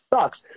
sucks